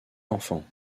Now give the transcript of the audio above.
enfants